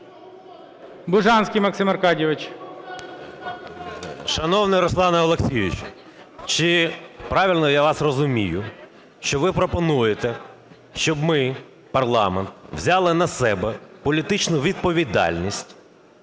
Бужанський Максим Аркадійович. 13:06:07 БУЖАНСЬКИЙ М.А. Шановний Руслане Олексійовичу, чи правильно я вас розумію, що ви пропонуєте, щоб ми, парламент, взяли на себе політичну відповідальність